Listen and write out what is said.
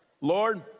Lord